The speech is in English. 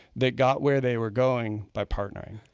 that got where they were going by partnering.